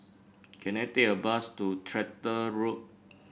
can I take a bus to Tractor Road